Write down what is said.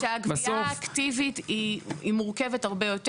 הגבייה האקטיבית היא מורכבת הרבה יותר.